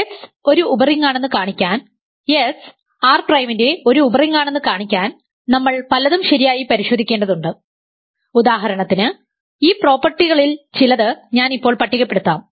S ഒരു ഉപറിംഗാണെന്ന് കാണിക്കാൻ S R പ്രൈമിന്റെ ഒരു ഉപറിംഗാണെന്ന് കാണിക്കാൻ നമ്മൾ പലതും ശരിയായി പരിശോധിക്കേണ്ടതുണ്ട് ഉദാഹരണത്തിന് ഈ പ്രോപ്പർട്ടികളിൽ ചിലത് ഞാൻ ഇപ്പോൾ പട്ടികപ്പെടുത്താം